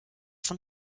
von